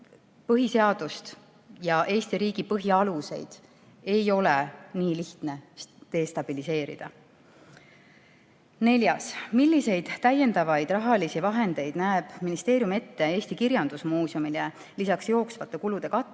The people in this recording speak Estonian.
põhiseadust ja Eesti riigi põhialuseid ei ole nii lihtne destabiliseerida. Neljas: "Milliseid täiendavaid rahalisi vahendeid näeb ministeerium ette Eesti Kirjandusmuuseumile lisaks jooksvate kulude katmisele